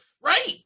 Right